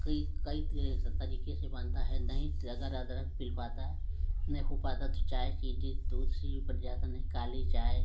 कई कई तरह से तरीके से बनता है नहीं अगर अदरक मिल पाता है नहीं हो पाता तो चाय चीनी दूध से भी बन जाता नहीं काली चाय